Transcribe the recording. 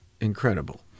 incredible